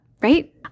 right